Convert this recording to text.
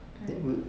mm